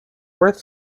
worth